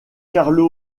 carlo